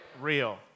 Real